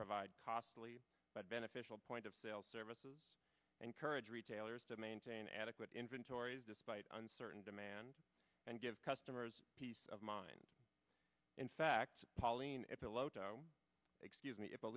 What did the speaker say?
provide costly but beneficial point of sale services encourage retailers to maintain adequate inventories despite uncertain demand and give customers peace of mind in fact pauline it's a load excuse me if